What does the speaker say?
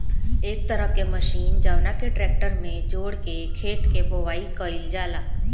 एक तरह के मशीन जवना के ट्रेक्टर में जोड़ के खेत के बोआई कईल जाला